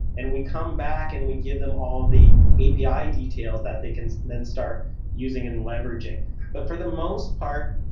and we come back and we give them all the api details that they can then start using and leveraging but for the most part,